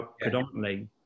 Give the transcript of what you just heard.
predominantly